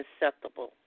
acceptable